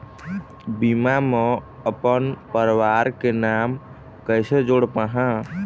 बीमा म अपन परवार के नाम कैसे जोड़ पाहां?